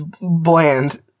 bland